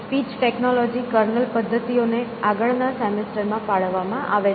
speech technology kernel પદ્ધતિઓ ને આગળના સેમેસ્ટર માં ફાળવવામાં આવે છે